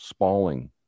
spalling